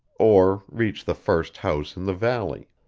or reach the first house in the valley.